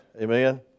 amen